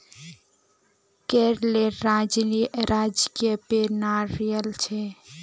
केरलेर राजकीय पेड़ नारियल छे